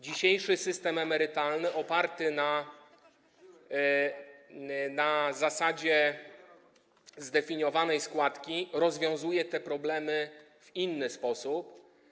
Dzisiejszy system emerytalny oparty na zasadzie zdefiniowanej składki rozwiązuje te problemy w inny sposób.